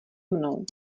mnou